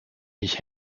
ich